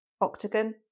octagon